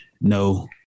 No